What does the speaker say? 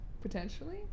Potentially